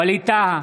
ווליד טאהא,